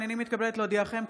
הינני מתכבדת להודיעכם,